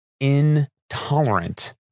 intolerant